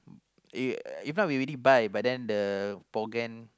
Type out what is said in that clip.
uh if not we already buy but then the programme